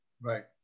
Right